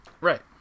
Right